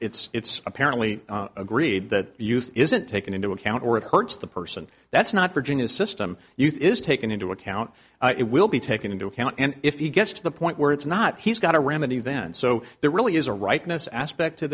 it's apparently agreed that youth isn't taken into account or it hurts the person that's not virginia's system youth is taken into account it will be taken into account and if he gets to the point where it's not he's got a remedy then so there really is a rightness aspect to